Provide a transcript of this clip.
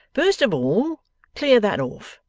first of all clear that off,